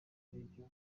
aribyo